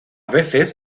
veces